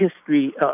history